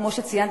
כמו שציינת,